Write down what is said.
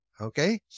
okay